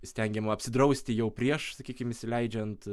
stengiama apsidrausti jau prieš sakykim įsileidžiant